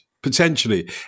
Potentially